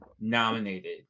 nominated